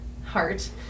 heart